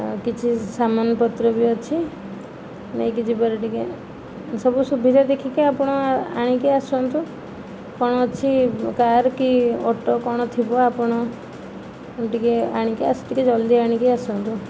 କିଛି ସାମାନ ପତ୍ର ବି ଅଛି ନେଇକି ଯିବାର ଟିକିଏ ସବୁ ସୁବିଧା ଦେଖିକି ଆପଣ ଆଣିକି ଆସନ୍ତୁ କ'ଣ ଅଛି କାର କି ଅଟୋ କ'ଣ ଥିବ ଆପଣ ଟିକିଏ ଆଣିକି ଜଲ୍ଦି ଆଣିକି ଆସନ୍ତୁ